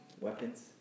Weapons